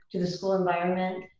to the school environment.